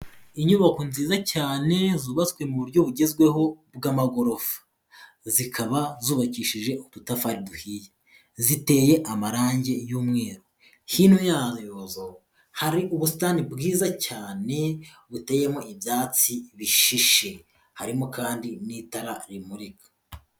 Inyubako nziza cyane zubatswe mu buryo bugezweho bw'amagorofa. Zikaba zubakishije utudafari duhiye. Ziteye amarangi y'umweru, hino yazo hari ubusitani bwiza cyane buteyemo ibyatsi bishishe. Harimo kandi n'itara rimurika.